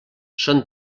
són